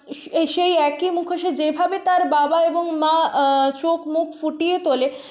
সেই একই মুখোশে যেভাবে তার বাবা এবং মা চোখ মুখ ফুটিয়ে তোলে